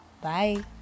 Bye